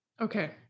okay